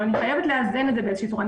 אני חייבת לאזן את זה באיזושהי צורה.